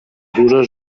duże